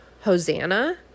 Hosanna